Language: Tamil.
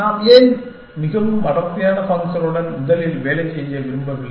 நாம் ஏன் மிகவும் அடர்த்தியான ஃபங்க்ஷனுடன் முதலில் வேலை செய்ய விரும்பவில்லை